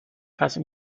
casi